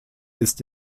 ist